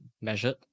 measured